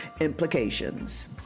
implications